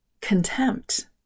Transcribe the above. contempt